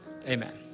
Amen